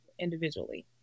individually